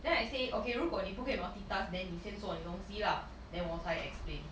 ya then I say okay 果你不可以 multitask then 你先做你东西 lah then 我才 explain